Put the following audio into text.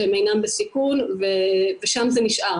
שהם אינם בסיכון ושם זה נשאר.